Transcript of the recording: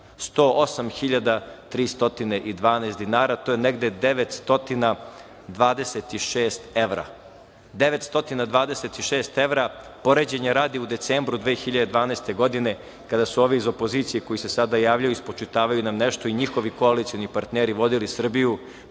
108.312 dinara. To je negde 926 evra. Poređenja radi u decembru 2012. godine, kada su ovi iz opozicije koji se sada javljaju, spočitavaju nam nešto i njihovi koalicioni partneri vodili Srbiju,